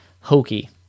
hokey